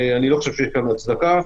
אני לא חושב שיש לזה הצדקה.